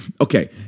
Okay